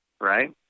right